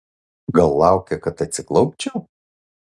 gal laukia kad atsiklaupčiau